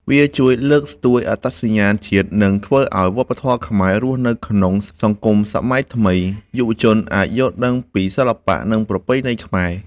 វាជួយលើកស្ទួយអត្តសញ្ញាណជាតិ និងធ្វើឲ្យវប្បធម៌ខ្មែររស់នៅក្នុងសង្គមសម័យថ្មី។ យុវជនអាចយល់ដឹងពីសិល្បៈ និងប្រពៃណីខ្មែរ